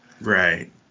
Right